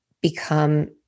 become